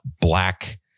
black